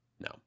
No